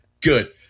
Good